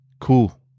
Cool